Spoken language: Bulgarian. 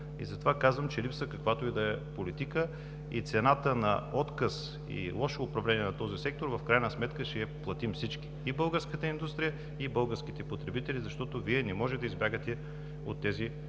Затова казвам, че в момента липсва каквато и да е политика и цената на отказ и лошо управление на този сектор в крайна сметка ще я платим всички – и българската индустрия, и българските потребители, защото Вие не може да избягате от тези